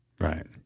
Right